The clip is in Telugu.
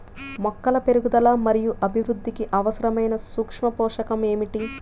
మొక్కల పెరుగుదల మరియు అభివృద్ధికి అవసరమైన సూక్ష్మ పోషకం ఏమిటి?